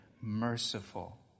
merciful